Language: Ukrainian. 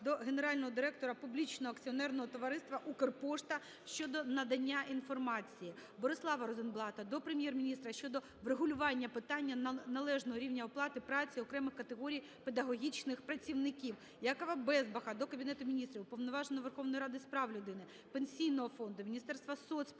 до генерального директора Публічного акціонерного товариства "Укрпошта" щодо надання інформації. БориславаРозенблата до Прем'єр-міністра щодо врегулювання питання належного рівня оплати праці окремих категорій педагогічних працівників. ЯковаБезбаха до Кабінету Міністрів, Уповноваженого Верховної Ради з прав людини, Пенсійного фонду, Міністерства соцполітики,